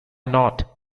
not